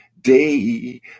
day